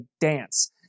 dance